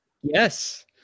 Yes